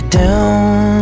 down